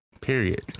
Period